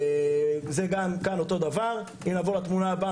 בתמונה הבאה,